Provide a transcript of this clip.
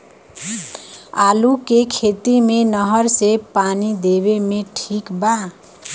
आलू के खेती मे नहर से पानी देवे मे ठीक बा?